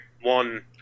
one